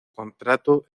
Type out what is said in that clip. contrato